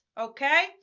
Okay